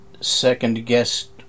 second-guessed